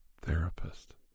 therapist